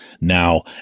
now